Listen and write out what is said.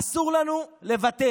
אסור לנו לוותר.